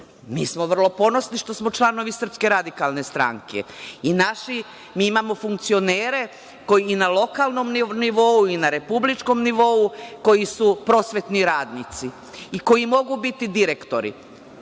Mi smo vrlo ponosni što smo članovi SRS.Mi imamo funkcionere, koji i na lokalnom nivou i na republičkom nivou, koji su prosvetni radnici i koji mogu biti direktori